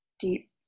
deep